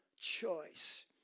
choice